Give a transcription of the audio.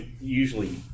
usually